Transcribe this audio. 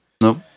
Nope